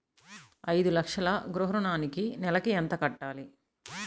ఐదు లక్షల గృహ ఋణానికి నెలకి ఎంత కట్టాలి?